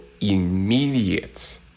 immediate